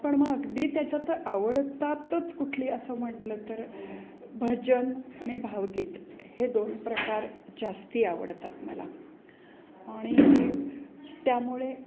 पण मग अगदी त्याच्यात आवडतातच कुठली असं म्हटलं तर भजन आणि भावगीत हे दोन प्रकार जास्त आवडतात मला आणि त्यामुळे